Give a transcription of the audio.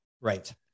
Right